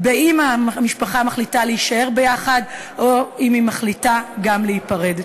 גם אם המשפחה מחליטה להישאר ביחד וגם אם היא מחליטה להיפרד.